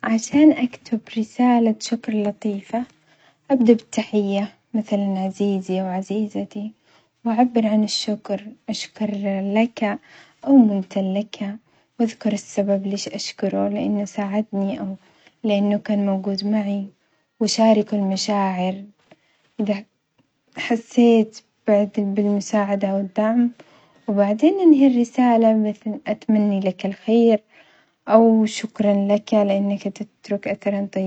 عشان أكتب رسالة شكر لطيفة، أبدأ بالتحية مثلًا عزيزي أو عزيزتي وأعبر عن الشكر أشكر لك أو ممتن لك وأذكر السبب ليش أشكره لأنه ساعدني أو لأنه كان موجود معي وشارك المشاعر إذا حسيت بالمساعدة أو الدعم وبعدين أنهي الرسالة بمثلًا أتمنى لك الخير أو شكرًا لأنك تترك أثرًا طيب.